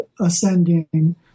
ascending